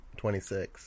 26